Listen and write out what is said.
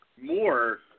more